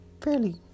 fairly